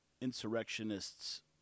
insurrectionists